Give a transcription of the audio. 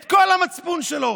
את כל המצפון שלו,